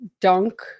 dunk